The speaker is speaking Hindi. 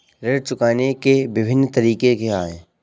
ऋण चुकाने के विभिन्न तरीके क्या हैं?